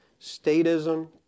statism